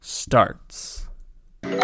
starts